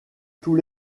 tous